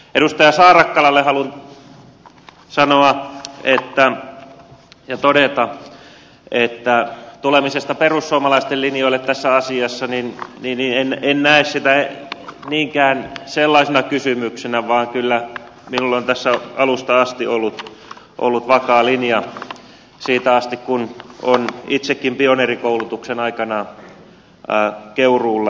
edustaja saarakkalalle haluan todeta tulemisesta perussuomalaisten linjoille tässä asiassa että en näe sitä niinkään sellaisena kysymyksenä vaan kyllä minulla on tässä alusta asti ollut vakaa linja siitä asti kun olen itsekin pioneerikoulutuksen aikanaan keuruulla saanut